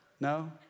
No